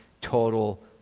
total